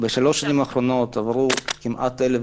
בשלוש השנים האחרונות עברו כמעט אלף